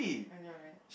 I know right